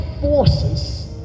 forces